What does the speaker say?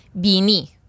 bini